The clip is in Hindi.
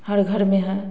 हर घर में है